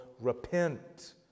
repent